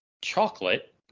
chocolate